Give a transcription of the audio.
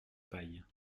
paille